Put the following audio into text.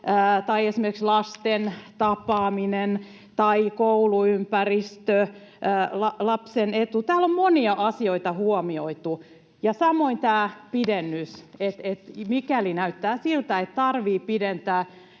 tai esimerkiksi lasten tapaaminen tai kouluympäristö, lapsen etu. Täällä on monia asioita huomioitu. Ja samoin tämä pidennys: mikäli näyttää siltä, että tarvitsee pidentää